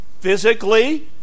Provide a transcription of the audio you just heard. Physically